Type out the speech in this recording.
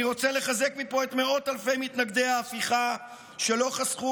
אני רוצה לחזק מפה את מאות אלפי מתנגדי ההפיכה שלא חסכו